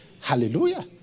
Hallelujah